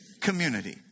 community